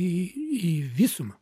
į į visumą